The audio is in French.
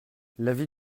l’avis